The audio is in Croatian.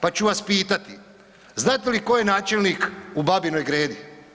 Pa ću vas pitati, znate li tko je načelnik u Babinoj Gredi?